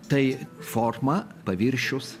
tai forma paviršius